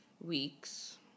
weeks